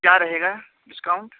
کیا رہے گا ڈسکاؤنٹ